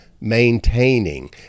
maintaining